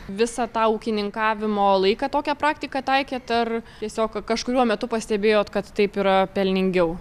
visą tą ūkininkavimo laiką tokią praktiką taikėt ar tiesiog kažkuriuo metu pastebėjot kad taip yra pelningiau